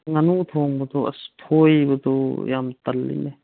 ꯉꯥꯅꯨ ꯊꯣꯡꯕꯗꯣ ꯑꯁ ꯐꯣꯏꯕꯗꯨ ꯌꯥꯝ ꯇꯜꯂꯤꯅꯦ